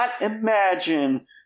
imagine